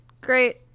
great